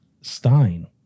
Stein